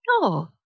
no